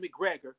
McGregor